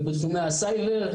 ובתחומי הסייבר.